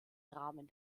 rahmen